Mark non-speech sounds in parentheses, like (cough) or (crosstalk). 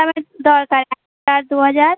আমার দরকার (unintelligible) দু হাজার